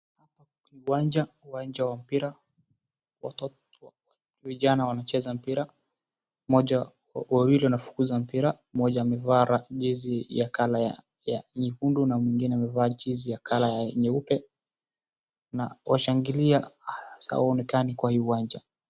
Hapa ni uwanja, uwanja wa mpira, watoto vijana wanacheza mpira. Wawili wanafukuza mpira, mmoja amevaa jezi ya colour ya nyekundu na mwingine amevaa jezi ya colour ya nyeupe, washangilia hawaonekani kwa hii uwanja.